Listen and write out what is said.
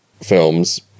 films